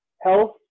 health